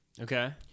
Okay